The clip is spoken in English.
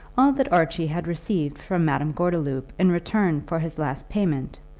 all that archie had received from madame gordeloup in return for his last payment,